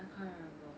I can't remember